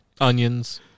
Onions